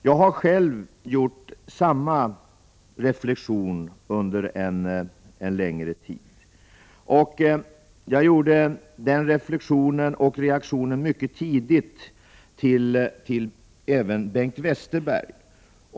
Jag har själv gjort samma reflexion under en längre tid, och jag reagerade mycket tidigt, Bengt Westerberg.